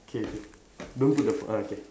okay okay don't put the phone uh okay